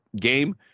game